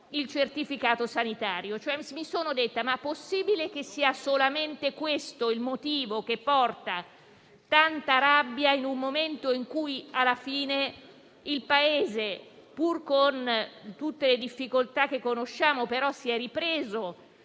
il certificato sanitario. Mi sono chiesta se è possibile che sia solamente questo il motivo che porta tanta rabbia in un momento in cui alla fine il Paese, pur con tutte le difficoltà che conosciamo, si è ripreso,